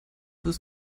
wirst